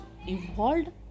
evolved